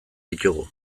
ditugu